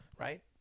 Right